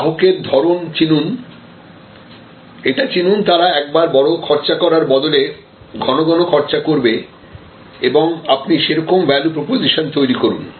গ্রাহকের ধরণ চিনুন এটা চিনুন তারা একবার বড় খরচ করবার বদলে ঘনঘন খরচ করবে এবং আপনি সেরকম ভ্যালু প্রপোজিশন তৈরি করুন